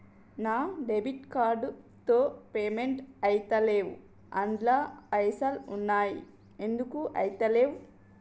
నా debit card తో payment ఐతలేవ్ అండ్ల పైసల్ ఉన్నయి ఎందుకు ఐతలేవ్?